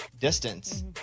distance